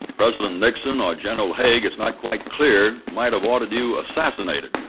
president nixon or general haig it's not quite clear might have ordered you assassinated,